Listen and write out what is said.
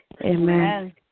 Amen